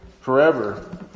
forever